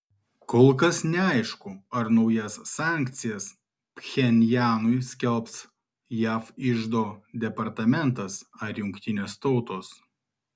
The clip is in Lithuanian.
kol kas neaišku ar naujas sankcijas pchenjanui skelbs jav iždo departamentas ar jungtinės tautos